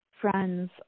friends